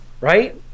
right